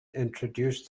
introduced